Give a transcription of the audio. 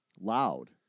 loud